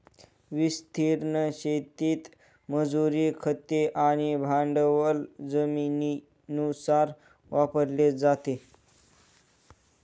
विस्तीर्ण शेतीत मजुरी, खते आणि भांडवल जमिनीनुसार वापरले जाते